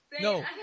No